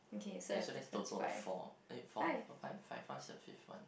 okay so there's a total of four eh four four five what's the fifth one